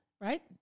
Right